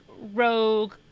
rogue